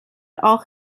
auch